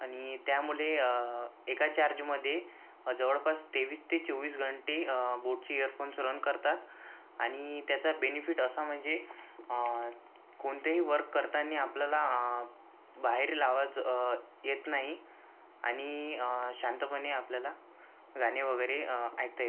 आणि त्यामुळे एका चार्जमध्ये जवळपास तेवीस ते चोवीस घंटे बोटचे एअरफोन्स रन करतात आणि त्याचा बेनिफिट असा म्हणजे कोणतेही वर्क करताना आपल्याला बाहेरील आवाज येत नाही आणि शांतपणे आपल्याला गाणे वगैरे ऐकता येतात